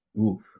Oof